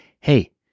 Hey